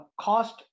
cost